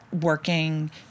working